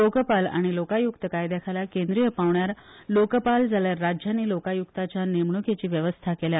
लोकपाल आनी लोकायुक्त कायद्याखाला केंद्रीय पांवड्यार लोकपाल जाल्यार राज्यानी लोकायुक्तांच्या नेमणूकेची व्यवस्था केल्या